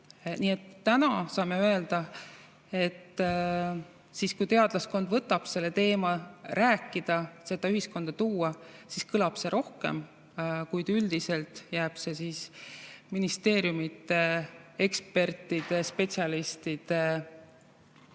Täna me saame öelda, et kui teadlaskond võtab sellel teemal rääkida, [otsustab] selle ühiskonda tuua, siis kõlab see rohkem, kuid üldiselt jääb see ministeeriumide, ekspertide, spetsialistide